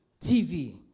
TV